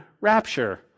rapture